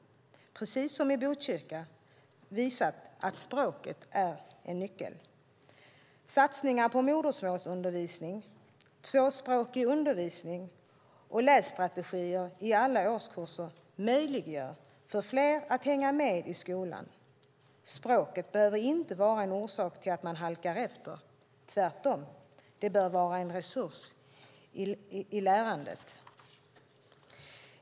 Precis som Botkyrka visat är språket en nyckel. Satsningar på modersmålsundervisning, tvåspråkig undervisning och lässtrategier i alla årskurser möjliggör för fler att hänga med i skolan. Språket behöver inte vara en orsak till att man halkar efter, tvärtom. Det bör vara en resurs i lärandet.